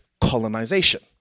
colonization